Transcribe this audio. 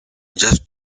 just